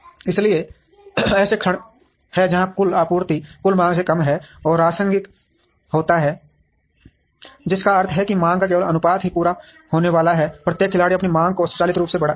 इसलिए ऐसे क्षण हैं जहां कुल आपूर्ति कुल मांग से कम है और राशनिंग होता है जिसका अर्थ है कि मांग का केवल अनुपात ही पूरा होने वाला है प्रत्येक खिलाड़ी अपनी मांग को स्वचालित रूप से बढ़ाएगा